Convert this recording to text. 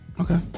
Okay